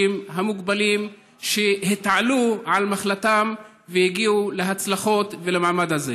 המוגבלים שהתעלו על מחלתם והגיעו להצלחות ולמעמד הזה.